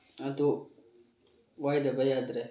ꯑꯗꯨ ꯋꯥꯏꯗꯕ ꯌꯥꯗ꯭ꯔꯦ